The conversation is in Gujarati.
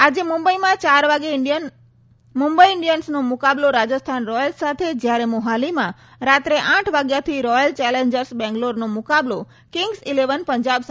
આજે મુંબઈમાં ચાર વાગે મુંબઈ ઇન્ડીયન્સનો મુકાબલો રાજસ્થાન રોયલ્સ સાથે જ્યારે મોહાલીમાં રાત્રે આઠ વાગ્યાથી રોયલ ચેલેન્જર્સ બેંગ્લોરનો મુકાબલો કિંગ્સ ઇલેવન પંજાબ સાથે થશે